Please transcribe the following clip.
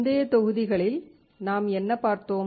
முந்தைய தொகுதிகளில் நாம் என்ன பார்த்தோம்